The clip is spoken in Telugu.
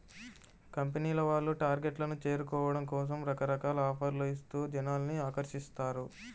కంపెనీల వాళ్ళు టార్గెట్లను చేరుకోవడం కోసం రకరకాల ఆఫర్లను ఇస్తూ జనాల్ని ఆకర్షిస్తారు